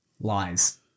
lies